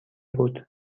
بود